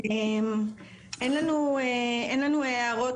אין לנו הערות